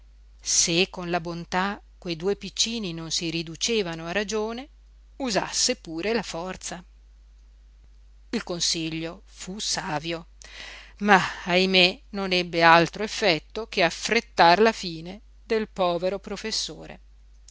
se con la bontà quei due piccini non si riducevano a ragione usasse pure la forza il consiglio fu savio ma ahimè non ebbe altro effetto che affrettar la fine del povero professore